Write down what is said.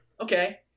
okay